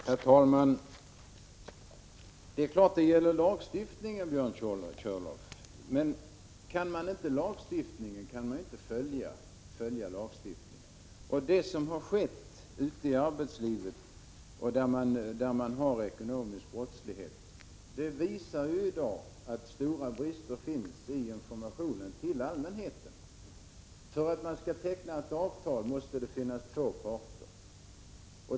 Herr talman! Det är klart att det gäller lagstiftningen, Björn Körlof, men känner man inte till lagstiftningen kan man inte följa den. Det som har skett ute i arbetslivet där man har ekonomisk brottslighet visar ju att det i dag finns stora brister i informationen till allmänheten. För att teckna ett avtal måste det finnas två parter.